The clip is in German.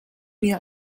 mir